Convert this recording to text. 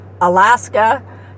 Alaska